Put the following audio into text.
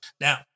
now